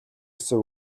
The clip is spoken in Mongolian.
гэсэн